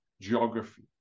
geography